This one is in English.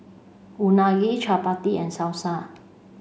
Unagi Chaat Papri and Salsa